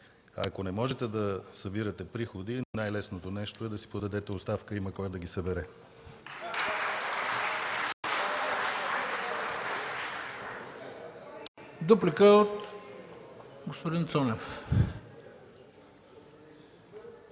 Ако не можете да събирате приходи, най-лесното нещо е да си подадете оставката, има кой да ги събере.